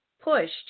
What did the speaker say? pushed